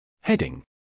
Heading